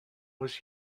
was